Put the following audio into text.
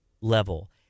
level